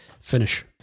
finish